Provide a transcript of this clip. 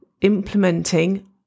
implementing